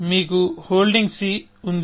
మీకు holding c ఉంది